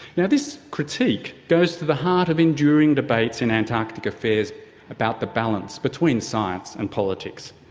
yeah this critique goes to the heart of enduring debates in antarctic affairs about the balance between science and politics.